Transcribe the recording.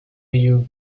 you